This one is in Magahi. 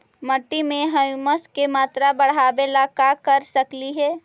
मिट्टी में ह्यूमस के मात्रा बढ़ावे ला का कर सकली हे?